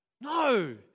no